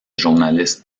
journalistes